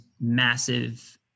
massive